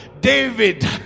David